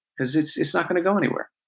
because it's it's not going to go anywhere.